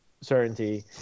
certainty